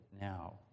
now